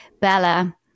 Bella